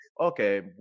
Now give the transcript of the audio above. Okay